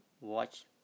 watch